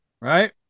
right